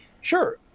sure